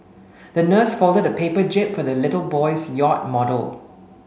the nurse folded a paper jib for the little boy's yacht model